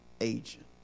agent